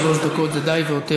שלוש דקות זה די והותר